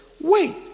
wait